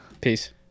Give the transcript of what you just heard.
Peace